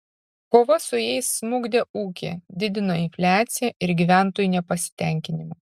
kova su jais smukdė ūkį didino infliaciją ir gyventojų nepasitenkinimą